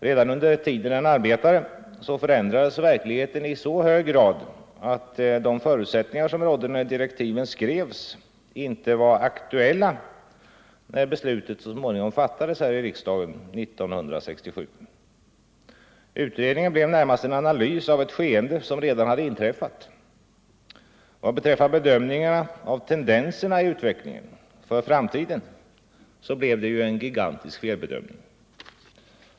Redan under tiden den arbetade förändrades verkligheten i så hög grad, att de förutsättningar som rådde när direktiven skrevs inte var aktuella när beslutet så småningom fattades här i riksdagen 1967. Utredningen blev närmast en analys av ett skeende som redan hade inträffat. Vad beträffar bedömningarna av tendenserna i utvecklingen för framtiden blev det en gigantisk felbedömning.